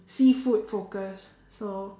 seafood focus so